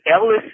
Ellis